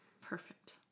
perfect